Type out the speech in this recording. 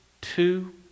two